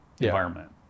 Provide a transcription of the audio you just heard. Environment